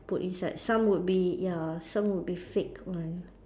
put inside some would be ya some would be fake one